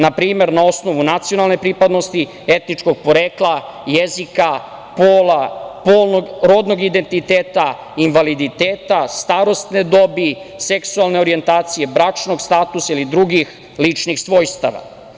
Na primer, na osnovu nacionalne pripadnosti, etničkog porekla, jezika, pola, rodnog identiteta, invaliditeta, starosne dobi, seksualne orjentacije, bračnog statusa ili drugih ličnih svojstava.